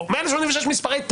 או ב-1,086 מספרי טלפון,